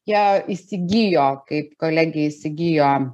jie įsigijo kaip kolegija įsigijo